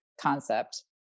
concept